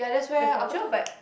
the culture but